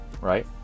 right